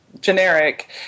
generic